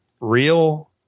real